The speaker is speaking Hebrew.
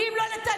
ואם לא נתניהו,